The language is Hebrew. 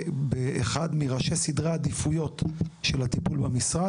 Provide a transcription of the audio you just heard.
באחד מראשי סדרי עדיפויות של הטיפול במשרד.